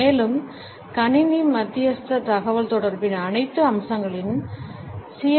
மேலும் கணினி மத்தியஸ்த தகவல் தொடர்பின் அனைத்து அம்சங்களிலும் சி